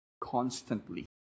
constantly